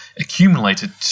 accumulated